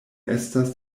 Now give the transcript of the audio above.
estas